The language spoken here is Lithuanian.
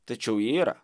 tačiau ji yra